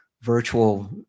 virtual